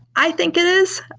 i think it is.